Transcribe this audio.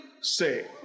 say